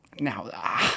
Now